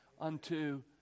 unto